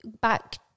back